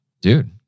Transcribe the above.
dude